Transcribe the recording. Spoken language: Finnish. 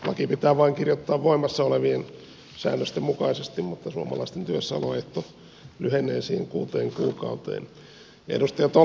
laki pitää vain kirjoittaa voimassa olevien säännösten mukaisesti mutta suomalaisten työssäoloehto lyhenee siihen kuuteen kuukauteen